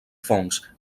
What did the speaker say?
fongs